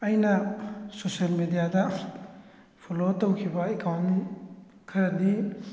ꯑꯩꯅ ꯁꯣꯁꯤꯌꯦꯜ ꯃꯦꯗꯤꯌꯥꯗ ꯐꯣꯂꯣ ꯇꯧꯈꯤꯕ ꯑꯦꯀꯥꯎꯟ ꯈꯔꯗꯤ